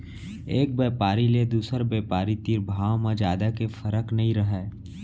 एक बेपारी ले दुसर बेपारी तीर भाव म जादा के फरक नइ रहय